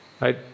right